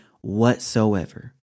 whatsoever